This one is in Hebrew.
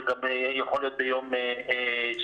זה גם יכול להיות ביום שני.